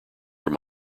your